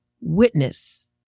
witness